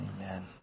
Amen